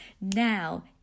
Now